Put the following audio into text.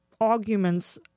arguments